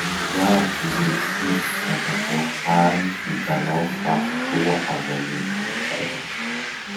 Ino iaby ireo hevitsy fandrahoa hany hitanao fa soa avy amin'ny kolotsay hafa?